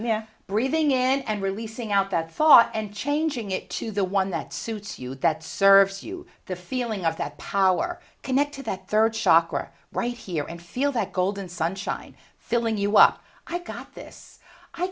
maria breathing in and releasing out that thought and changing it to the one that suits you that serves you the feeling of that power connect to that third shocker right here and feel that golden sunshine filling you up i got this i